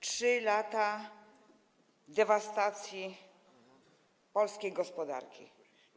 3 lata dewastacji polskiej gospodarki.